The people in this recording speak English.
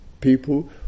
people